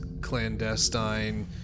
clandestine